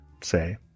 say